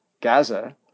Gaza